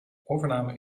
overname